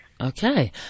Okay